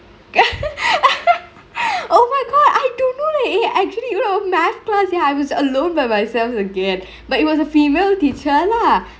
oh my god I don't know leh eh actually you know math class ya I was alone by myself again but it was a female teacher lah